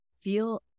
feel